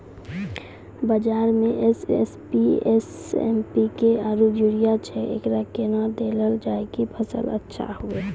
बाजार मे SSP, MPK आरु यूरिया छैय, एकरा कैना देलल जाय कि फसल अच्छा हुये?